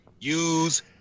use